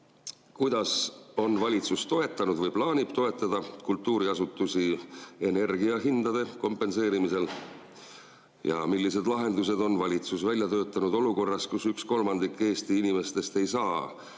Kuidas on valitsus toetanud või plaanib toetada kultuuriasutusi energiahindade kompenseerimisel? Millised lahendused on valitsus välja töötanud olukorras, kus üks kolmandik Eesti inimestest ei saa